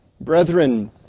Brethren